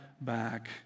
back